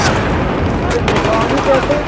अच्छा फिर भेजवाओगी कैसे